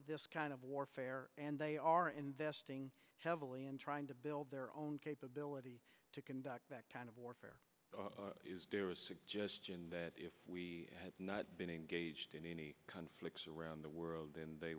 this kind of warfare and they are investing heavily in trying to build their own capability to conduct that kind of warfare suggestion that if we had not been engaged in any conflicts around the world then they